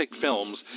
films